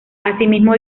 asimismo